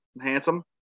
handsome